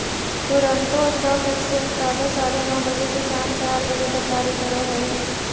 Toronto stock exchange प्रातः साढ़े नौ बजे से सायं चार बजे तक कार्य करऽ हइ